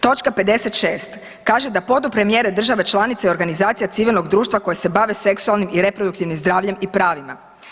Točka 56. kaže da podupre mjere država članica i organizacija civilnog društva koje se bave seksualnim i reproduktivnim zdravljem i pravima.